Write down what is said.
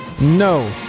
No